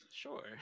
sure